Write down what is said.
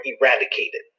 eradicated